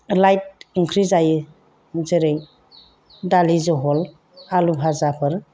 light ओंख्रि जायो जेरै दालि जहल आलु भाजाफोर